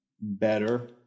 better